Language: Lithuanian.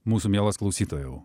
mūsų mielas klausytojau